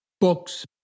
books